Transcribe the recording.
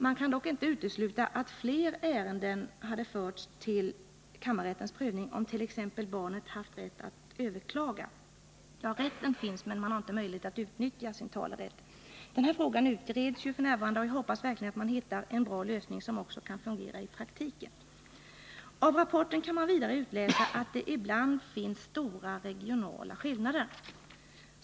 Man kan dock inte utesluta att fler ärenden hade förts till kammarrättens prövning, om t.ex. barnet kunnat överklaga. Talerätten finns visserligen, men inte möjligheten att utnyttja den. Denna fråga utreds juf. n., och jag hoppas verkligen att man hittar en bra lösning som också kan fungera i praktiken. Av rapporten kan man vidare utläsa att det ibland finns stora regionala skillnader.